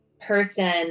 person